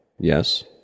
Yes